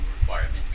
requirement